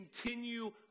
continue